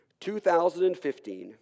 2015